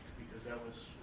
because that was,